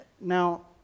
Now